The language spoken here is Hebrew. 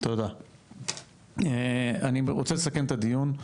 אני רוצה לסכם את הדיון.